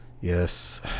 yes